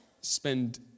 spend